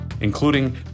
including